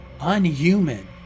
unhuman